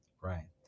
Right